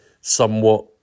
somewhat